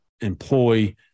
employ